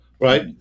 right